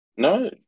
No